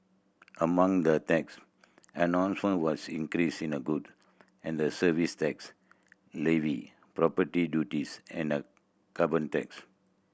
among the tax announcements were an increase in the goods and Services Tax levy property duties and a carbon tax